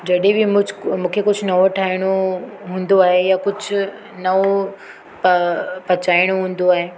जॾहिं बि मुझ मूंखे कुझु नओं ठाहिणो हूंदो आहे या कुझु नओं प पचाइणो हूंदो आहे